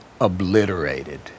obliterated